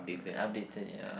updated yeah